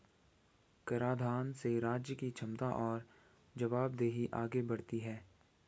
कराधान से राज्य की क्षमता और जवाबदेही आगे बढ़ती है